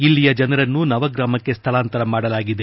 ಇಲ್ಲಿಯ ಜನರನ್ನು ನವಗ್ರಾಮಕ್ಷೆ ಸ್ಥಳಾಂತರ ಮಾಡಲಾಗಿದೆ